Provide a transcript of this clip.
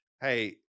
hey